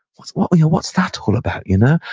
what's what's that all about, you know?